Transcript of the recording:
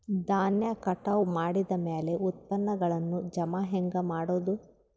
ಧಾನ್ಯ ಕಟಾವು ಮಾಡಿದ ಮ್ಯಾಲೆ ಉತ್ಪನ್ನಗಳನ್ನು ಜಮಾ ಹೆಂಗ ಮಾಡೋದು?